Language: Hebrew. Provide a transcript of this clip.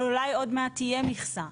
אבל אולי עוד מעט תהיה מכסה.